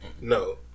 No